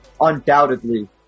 undoubtedly